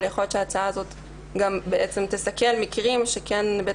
אבל יכול להיות שההצעה הזאת תסכל מקרים שבית